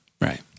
Right